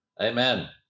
amen